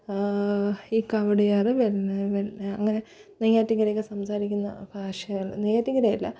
ഈ Kawdiar well well അങ്ങനെ നെയ്യാറ്റിൻകര ഒക്കെ സംസാരിക്കുന്ന ഭാഷകൾ നെയ്യാറ്റിൻകര അല്ല